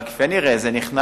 אבל כפי הנראה זה נכנס,